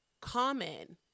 common